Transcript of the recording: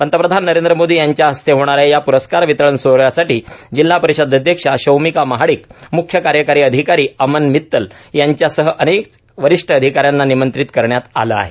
पंतप्रधान नरेंद्र मोदी यांच्या हस्ते होणाऱ्या या प्रस्कार वितरण सोहळ्यासाठी जिल्हा परिषद अध्यक्षा शौमिका महाडिकए म्ख्य कार्यकारी अधिकारी अमन मित्तल यांच्यासह अनेक वरिष्ठ अधिकाऱ्यांना निमंत्रित करण्यात आलं आहे